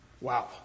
Wow